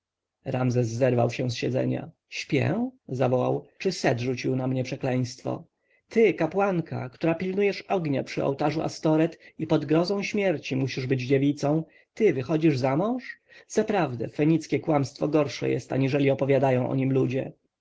ramzes zerwał się z siedzenia śpię zawołał czy set rzucił na mnie przekleństwo ty kapłanka która pilnujesz ognia przy ołtarzu astoreth i pod grozą śmierci musisz być dziewicą ty wychodzisz zamąż zaprawdę fenickie kłamstwo gorsze jest aniżeli opowiadają o niem ludzie